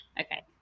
okay